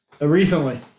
recently